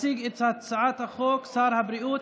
ומועברת,